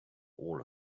all